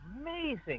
amazing